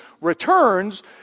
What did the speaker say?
returns